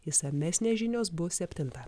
išsamesnės žinios bus septintą